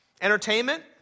Entertainment